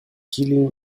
killing